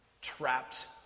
trapped